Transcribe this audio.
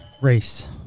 race